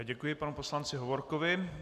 Děkuji panu poslanci Hovorkovi.